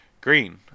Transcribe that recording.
green